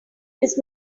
his